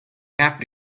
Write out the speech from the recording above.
have